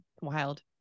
wild